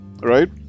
right